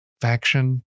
faction